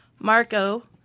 Marco